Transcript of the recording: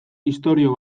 istorio